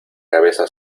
cabeza